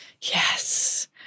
Yes